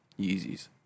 Yeezys